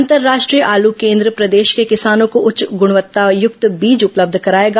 अंतर्राष्ट्रीय आलू केन्द्र प्रदेश के किसानों को उच्च गुणवत्तायुक्त बीज उपलब्ध कराएगा